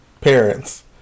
parents